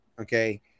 okay